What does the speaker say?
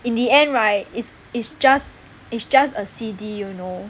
in the end right is is just is just a C_D you know